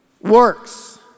works